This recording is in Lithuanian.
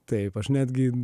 taip aš netgi